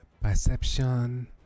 perception